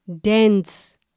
dense